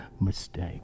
mistake